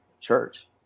church